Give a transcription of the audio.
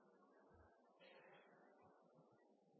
i, er det